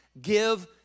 give